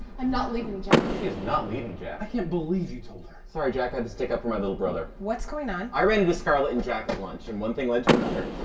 i'm not leaving, jack. is not leaving, jack. i can't believe you told her. sorry, jack. had to stick up for my little brother. what's going on? i ran into scarlet and jack at lunch and one thing led to another.